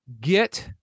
get